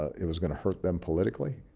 it was going to hurt them politically.